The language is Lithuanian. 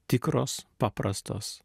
tikros paprastos